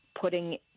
putting